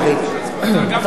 אתה רוצה להמשיך?